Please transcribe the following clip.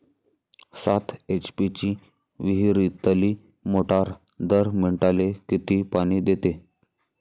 सात एच.पी ची विहिरीतली मोटार दर मिनटाले किती पानी देते?